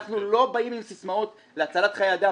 אנחנו לא באים עם סיסמאות להצלת חיי אדם.